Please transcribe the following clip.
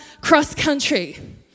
cross-country